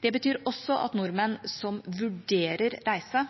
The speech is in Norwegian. Det betyr at nordmenn som vurderer reise